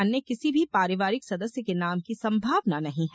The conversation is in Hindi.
अन्य किसी भी पारिवारिक सदस्य के नाम की संभावना नहीं है